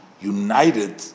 united